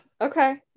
Okay